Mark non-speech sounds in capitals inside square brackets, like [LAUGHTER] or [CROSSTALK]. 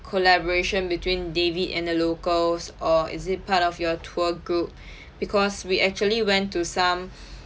collaboration between david and the locals or is it part of your tour group [BREATH] because we actually went to some [BREATH]